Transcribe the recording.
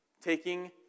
Taking